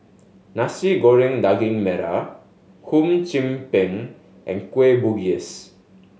Nasi Goreng Daging Merah Hum Chim Peng and Kueh Bugis